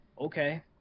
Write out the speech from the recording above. okay